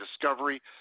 discovery